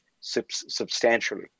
substantially